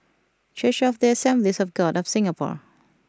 Church of the Assemblies of God of Singapore